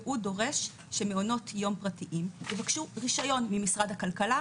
והוא דורש שמעונות יום פרטיים יבקשו רישיון ממשרד הכלכלה,